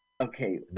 Okay